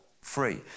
free